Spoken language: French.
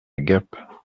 gap